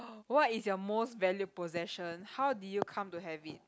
what is your most valued possession how did you come to have it